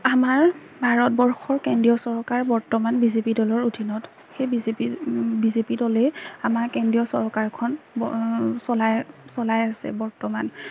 আমাৰ ভাৰতবৰ্ষৰ কেন্দ্ৰীয় চৰকাৰ বৰ্তমান বি জে পি দলৰ অধীনত সেই B J P B J P দলেই আমাৰ কেন্দ্ৰীয় চৰকাৰখন চলাই চলাই আছে বৰ্তমান